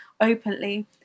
openly